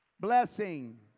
Blessing